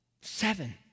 Seven